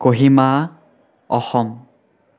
Kohima Assam